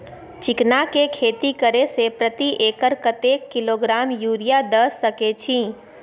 चिकना के खेती करे से प्रति एकर कतेक किलोग्राम यूरिया द सके छी?